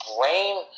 brain